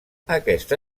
aquesta